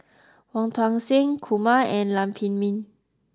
Wong Tuang Seng Kumar and Lam Pin Min